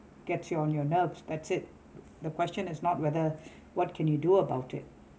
get you on your nerves that's it the question is not whether what can you do about it